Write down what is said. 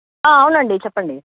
అవునండి చెప్పండి